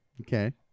okay